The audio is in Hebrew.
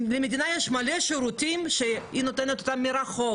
למדינה יש הרבה שירותים שהיא נותנת אותם מרחוק,